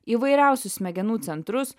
įvairiausius smegenų centrus